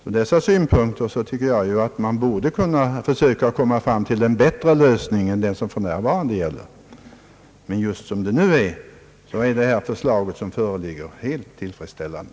Ur dessa synpunkter tycker jag att man borde försöka komma fram till en bättre lösning. Men under rådande förhållanden är det förslag som föreligger från utskottets sida helt tillfredsställande.